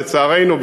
לצערנו,